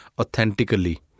authentically